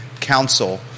council